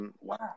Wow